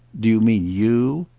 do you mean you?